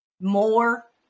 more